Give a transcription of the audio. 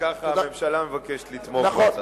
אם כך, הממשלה מבקשת לתמוך בהצעת החוק.